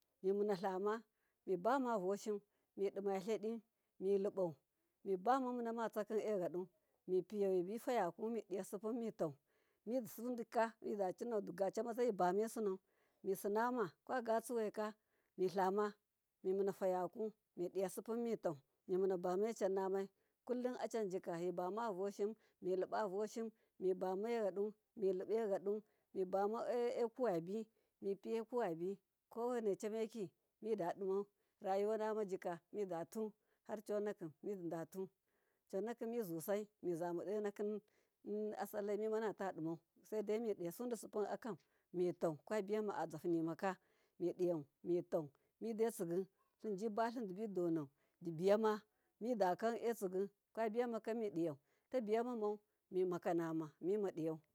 Mimuna tlama mibuma voshin midima tladi milibau mibama munama tsaki eyadu mipiya mibifayaku midiya sipu mitau, midi sudika mi dacinau digacamaza mibume sinau misinama kwagatsuwaka mitlam mimuna fayaku midiya sipu mitau mimunabame cannamai kullin acanjika mibavoshin milbavoshin, mibame yadu miliba yadu mibama ekuwabi mipiye kuwabi kowaina cameki midadimau rayuwanamajika midatu harconaki, chonaki mizusai mizamado asallai mimanata dimau saidai midiya sudisipu akan mitau kwabiye azyahunimaka, midiyau mitau mide tsigi tlinji batlin dibidenau dibiyama midakam etsigi kwabiyamaka midiyau ta biyama mau mimadi yau.